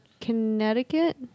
Connecticut